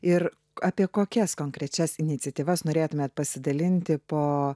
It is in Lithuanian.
ir apie kokias konkrečias iniciatyvas norėtumėte pasidalinti po